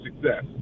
success